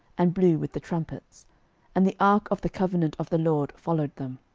and blew with the trumpets and the ark of the covenant of the lord followed them.